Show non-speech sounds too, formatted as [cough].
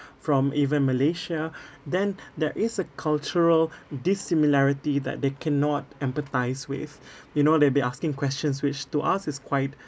from even malaysia [breath] then [breath] there is a cultural dissimilarity that they cannot empathise with [breath] you know they'll be asking questions which to us is quite